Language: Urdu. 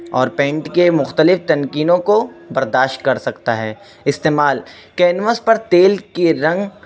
اور پینٹ کے مختلف تنکینوں کو برداشت کر سکتا ہے استعمال کینوس پر تیل کے رنگ